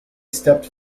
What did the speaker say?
stepped